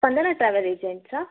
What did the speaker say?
Spandana travel ಏಜೆನ್ಟ್ಸಾ